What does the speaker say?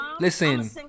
listen